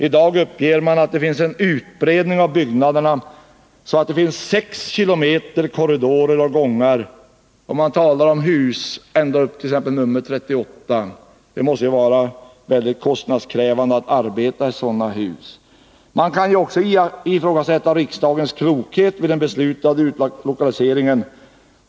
I dag uppger man att byggnaderna är utbredda så att det finns 6 km korridorer och gångar, och man har husnummer ända upp till 38. Det måste vara mycket kostnadskrävande att arbeta i sådana hus. Vi kan också ifrågasätta riksdagens klokhet vid beslutet om utlokaliseringen.